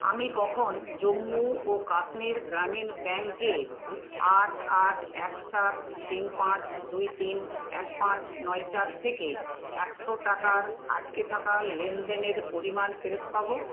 আমি কখন জম্মু ও কাশ্মীর গ্রামীণ ব্যাঙ্কে আট আট এক সাত তিন পাঁচ দুই তিন এক পাঁচ নয় চার থেকে একশো টাকার আটকে থাকা লেনদেনের পরিমাণ ফেরত পাবো